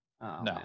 No